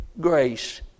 grace